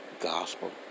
gospel